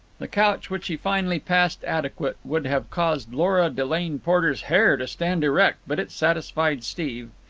the couch which he finally passed adequate would have caused lora delane porter's hair to stand erect, but it satisfied steve.